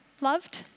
loved